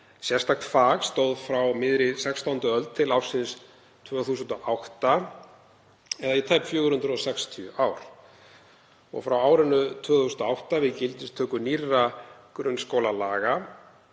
sérstakt fag stóð frá miðri 16. öld til ársins 2008 eða í tæp 460 ár. Frá árinu 2008, við gildistöku nýrra grunnskólalaga,